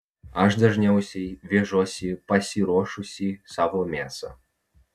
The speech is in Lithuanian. aš dažniausiai vežuosi pasiruošusi savo mėsą